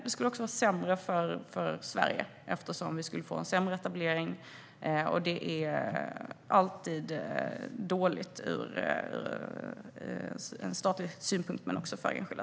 Det skulle också vara sämre för Sverige eftersom vi skulle få en sämre etablering, vilket alltid är dåligt för såväl staten som den enskilde.